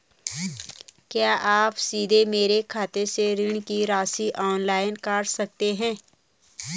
क्या आप सीधे मेरे खाते से ऋण की राशि ऑनलाइन काट सकते हैं?